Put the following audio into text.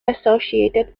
associated